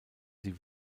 sie